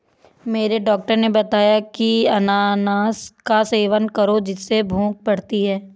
मेरे डॉक्टर ने बताया की अनानास का सेवन करो जिससे भूख बढ़ती है